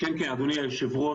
אדוני היושב ראש,